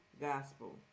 gospel